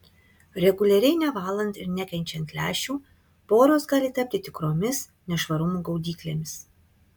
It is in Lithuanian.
reguliariai nevalant ir nekeičiant lęšių poros gali tapti tikromis nešvarumų gaudyklėmis